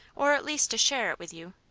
or at least to share it with you.